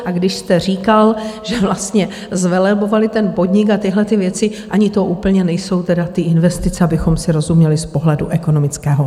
A když jste říkal, že vlastně zvelebovali ten podnik a tyhlety věci, ani to úplně nejsou ty investice, abychom si rozuměli z pohledu ekonomického.